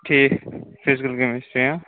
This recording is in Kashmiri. ٹھیٖک فِزیکَل کیٚمِسٹری ہا